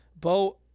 Bo